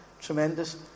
tremendous